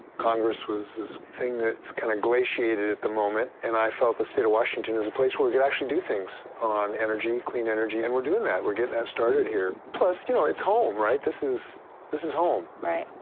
congress was this thing that's kind of glaciated at the moment, and i felt the state of washington is a place where we could actually do things on energy, clean energy, and we're doing that. we're getting that started here. plus, you know, it's home, right? this is this is home. right.